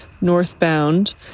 northbound